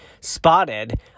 Spotted